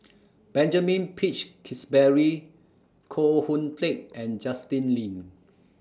Benjamin Peach Keasberry Koh Hoon Teck and Justin Lean